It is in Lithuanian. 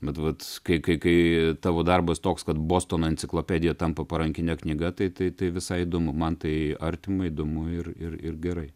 bet vat kai kai kai tavo darbas toks kad bostono enciklopedija tampa parankine knyga tai tai tai visai įdomu man tai artima įdomu ir ir ir gerai